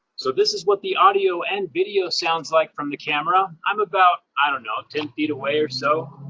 so this is what the audio and video sounds like from the camera. i'm about, i don't know, ten feet away or so,